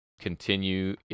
continue